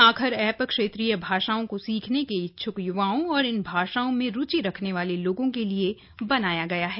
आखर एप क्षेत्रीय भाषाओं को सीखने के इच्छ्क य्वाओं और इन भाषाओं में रूचि रखने वाले लोगों के लिए बनाया गया है